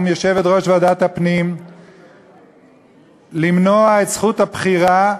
יושבת-ראש ועדת הפנים למנוע את זכות הבחירה,